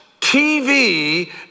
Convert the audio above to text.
TV